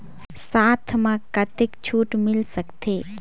साथ म कतेक छूट मिल सकथे?